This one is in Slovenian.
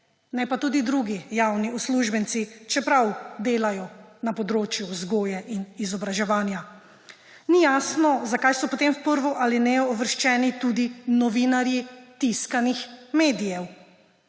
ne pa tudi drugi javni uslužbenci, čeprav delajo na področju vzgoje in izobraževanja. Ni jasno, zakaj so potem v prvo alinejo uvrščeni tudi novinarji tiskanih medijev.